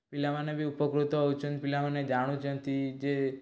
ପିଲାମାନେ ବି ଉପକୃତ ହେଉଛନ୍ତି ପିଲାମାନେ ଜାଣୁଛନ୍ତି ଯେ